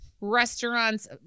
restaurants